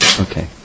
Okay